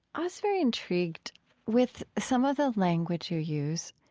i was very intrigued with some of the language you use.